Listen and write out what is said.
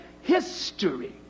history